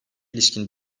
ilişkin